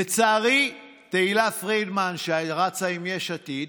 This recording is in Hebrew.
לצערי, תהילה פרידמן שרצה עם יש עתיד,